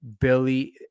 Billy